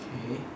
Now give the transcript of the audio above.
k